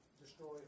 Destroy